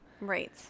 Right